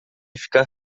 ficar